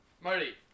Marty